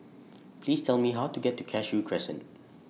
Please Tell Me How to get to Cashew Crescent